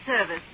service